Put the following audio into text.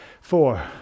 four